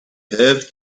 have